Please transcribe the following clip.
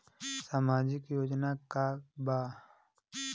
सामाजिक योजना का बा?